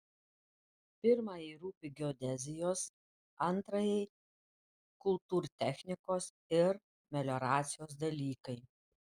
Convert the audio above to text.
pirmajai rūpi geodezijos antrajai kultūrtechnikos ir melioracijos dalykai